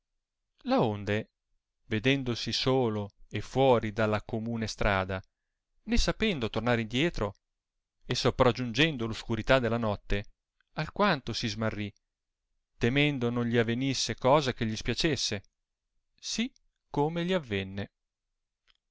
andasse laonde vedendosi solo e fuori della comune strada né sapendo tornare a dietro e sopraggiungendo l oscurità della notte alquanto si smarrì temendo non gli avenisse cosa che gli spiacesse si come gli avenne